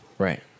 Right